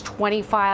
25